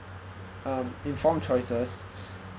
um informed choices